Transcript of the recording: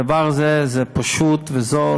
הדבר הזה פשוט וזול.